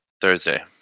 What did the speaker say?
Thursday